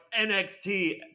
NXT